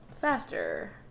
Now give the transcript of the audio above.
faster